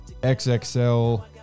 XXL